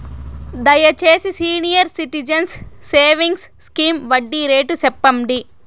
దయచేసి senior citizens savings scheme వడ్డీ rate సెప్పండి